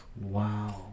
Wow